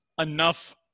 enough